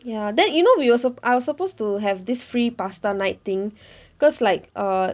ya then you know we were I was supposed to have this free pasta night thing cause like err